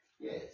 Yes